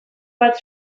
bat